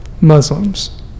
Muslims